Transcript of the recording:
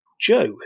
Joe